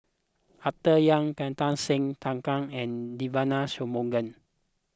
Arthur Yap Kartar Singh Thakral and Devagi Sanmugam